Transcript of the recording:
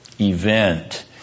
event